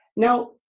Now